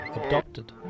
adopted